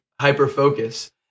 hyper-focus